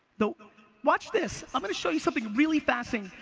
so watch this, i'm going to show you something really fascinating.